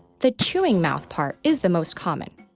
the chewing mouthpart is the most common.